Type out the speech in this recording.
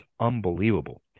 unbelievable